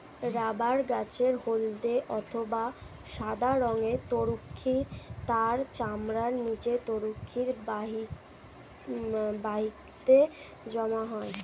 rubber গাছের হল্দে অথবা সাদা রঙের তরুক্ষীর তার চামড়ার নিচে তরুক্ষীর বাহিকাতে জমা হয়